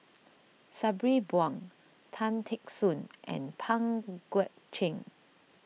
Sabri Buang Tan Teck Soon and Pang Guek Cheng